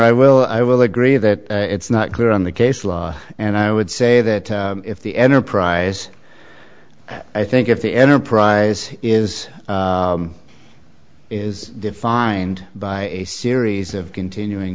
i will i will agree that it's not clear on the case law and i would say that if the enterprise i think if the enterprise is is defined by a series of continuing